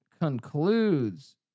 concludes